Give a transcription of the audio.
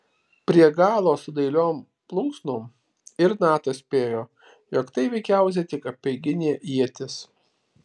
prie galo su dailiom plunksnom ir natas spėjo jog tai veikiausiai tik apeiginė ietis